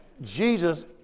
Jesus